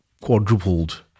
quadrupled